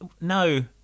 No